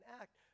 act